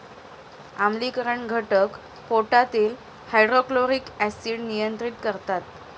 आम्लीकरण घटक पोटातील हायड्रोक्लोरिक ऍसिड नियंत्रित करतात